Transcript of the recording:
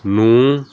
ਨੂੰ